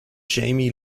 jamie